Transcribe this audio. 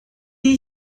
die